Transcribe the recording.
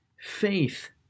faith